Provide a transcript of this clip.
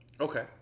Okay